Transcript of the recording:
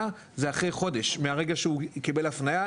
זה אחרי חודש מהרגע שהוא קיבל הפנייה,